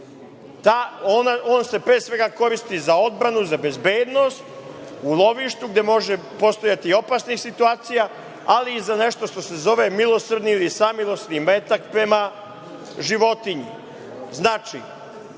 On se, pre svega, koristi za odbranu, za bezbednost u lovištu, gde može postojati i opasnih situacija, ali i za nešto što se zove milosrdni ili samilosni metak prema